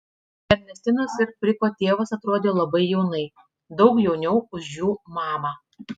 ernestinos ir frico tėvas atrodė labai jaunai daug jauniau už jų mamą